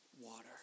water